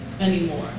anymore